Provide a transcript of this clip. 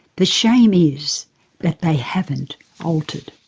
the shame is that they haven't altered.